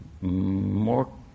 more